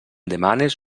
demanes